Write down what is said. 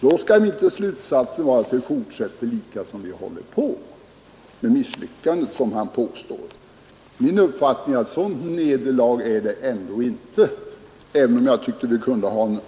Slutsatsen bör väl inte bli att vi skall fortsätta med vad han kallar ett misslyckande — min uppfattning är att det ändå inte är ett sådant nederlag även om jag tycker att vi kunde ha en